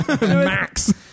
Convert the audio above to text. max